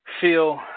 feel